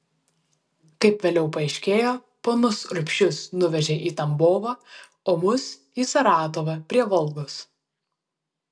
kaip vėliau paaiškėjo ponus urbšius nuvežė į tambovą o mus į saratovą prie volgos